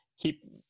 keep